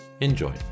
Enjoy